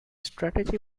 strategy